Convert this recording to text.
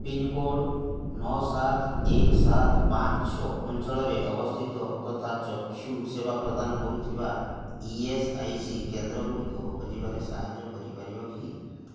pincode ନଅ ସାତ ଏକ ସାତ ପାଞ୍ଚ ଛଅ ଅଞ୍ଚଳରେ ଅବସ୍ଥିତ ତଥା ଚକ୍ଷୁ ସେବା ପ୍ରଦାନ କରୁଥିବା ଇ ଏସ୍ ଆଇ ସି କେନ୍ଦ୍ରଗୁଡ଼ିକ ଖୋଜିବାରେ ସାହାଯ୍ୟ କରିପାରିବ କି